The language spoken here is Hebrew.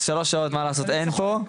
אז שלוש שעות אין פה,